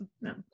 no